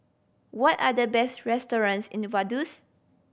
what are the best restaurants in Vaduz